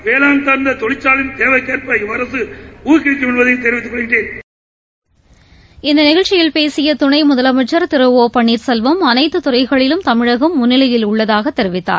வேளாண் சார்ந்த தொழிற்சாலைகளும் தேவைக்கேற்ப இவ்வரசு ஊக்குவிக்கும் என்பதை தெரிவித்துக் கொள்கிறேன் இந்த நிகழ்ச்சியில் பேசிய துணை முதலமைச்சர் திரு ஓ பன்னீர்செல்வம் அனைத்துத் துறைகளிலும் தமிழகம் முன்னிலையில் உள்ளதாக தெரிவித்தார்